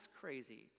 crazy